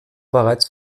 bereits